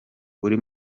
buri